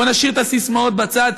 בואו נשאיר את הססמאות בצד.